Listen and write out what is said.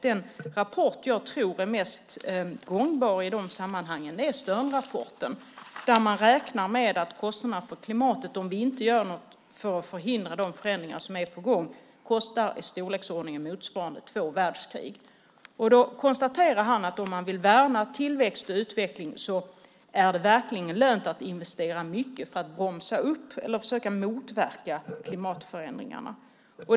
Den rapport jag tror är mest gångbar i de sammanhangen är Sternrapporten. Där räknar man med att kostnaderna för klimatet om vi inte gör något för att förhindra de förändringar som är på gång kostar i storleksordningen motsvarande två världskrig. Han konstaterar att om man vill värna tillväxt och utveckling är det verkligen lönt att investera mycket för att bromsa upp eller försöka motverka klimatförändringarna.